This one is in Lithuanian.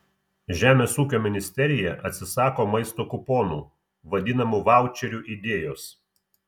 žemės ūkio ministerija atsisako maisto kuponų vadinamų vaučerių idėjos